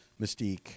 Mystique